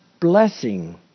blessing